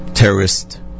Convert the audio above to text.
Terrorist